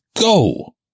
go